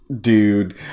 dude